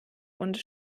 uns